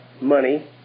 money